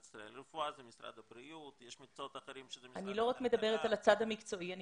השר להשכלה גבוהה ומשלימה זאב אלקין: לא, אני